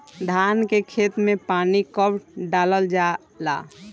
धान के खेत मे पानी कब डालल जा ला?